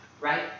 right